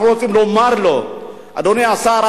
אנחנו רוצים לומר לו: אדוני השר,